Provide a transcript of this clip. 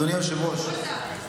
אדוני היושב-ראש,